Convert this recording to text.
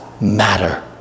matter